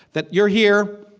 that you're here,